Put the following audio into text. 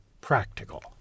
practical